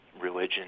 religion